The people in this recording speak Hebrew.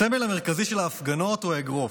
הסמל המרכזי של ההפגנות הוא האגרוף,